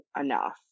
enough